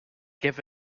give